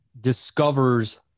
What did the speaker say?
discovers